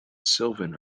sylvan